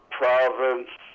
province